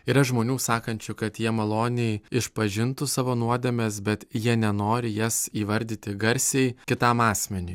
yra žmonių sakančių kad jie maloniai išpažintų savo nuodėmes bet jie nenori jas įvardyti garsiai kitam asmeniui